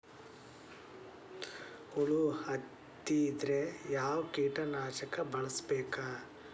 ಹುಳು ಹತ್ತಿದ್ರೆ ಯಾವ ಕೇಟನಾಶಕ ಬಳಸಬೇಕ?